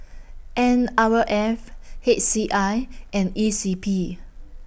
N Our F H C I and E C P